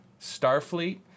Starfleet